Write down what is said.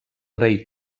rei